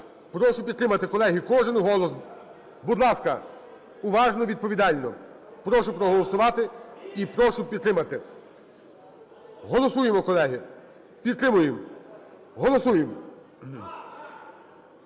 Прошу підтримати. Колеги, кожен голос! Будь ласка, уважно, відповідально. Прошу проголосувати і прошу підтримати. Голосуємо, колеги. Підтримуємо. Голосуємо!